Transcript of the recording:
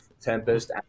Tempest